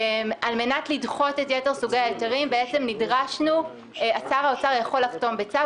על-מנת לדחות את יתר סוגי ההיתרים שר האוצר יכול לחתום בצו,